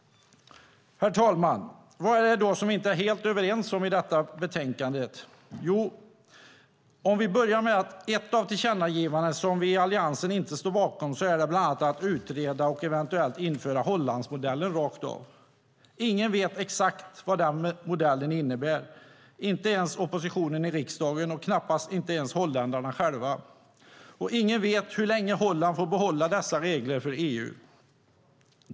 Herr talman! Vad är det då som vi inte är helt överens om i detta betänkande? Vi kan börja med ett av de tillkännagivanden som vi i Alliansen inte står bakom. Det är att utreda och eventuellt införa Hollandsmodellen rakt av. Ingen vet exakt vad den modellen innebär, inte ens oppositionen i riksdagen och knappast ens holländarna själva. Och ingen vet hur länge Holland får behålla dessa regler för EU.